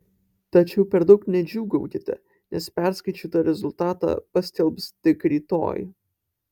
tačiau per daug nedžiūgaukite nes perskaičiuotą rezultatą paskelbs tik rytoj